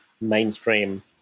mainstream